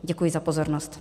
Děkuji za pozornost.